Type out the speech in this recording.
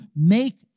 make